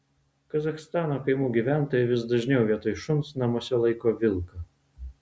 kazachstano kaimų gyventojai vis dažniau vietoj šuns namuose laiko vilką